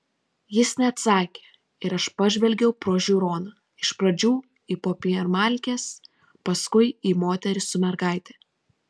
jis neatsakė ir aš pažvelgiau pro žiūroną iš pradžių į popiermalkes paskui į moterį su mergaite